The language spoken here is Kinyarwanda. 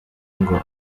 ngo